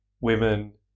women